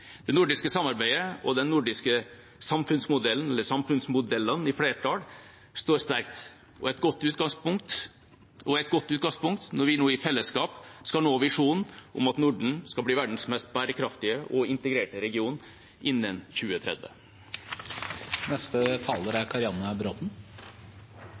Det nordiske samarbeidet og de nordiske samfunnsmodellene står sterkt og er et godt utgangspunkt når vi nå i fellesskap skal nå visjonen om at Norden skal bli verdens mest bærekraftige og integrerte region innen 2030.